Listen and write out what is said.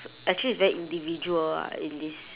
s~ actually it's very individual ah in this